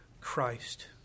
Christ